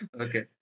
Okay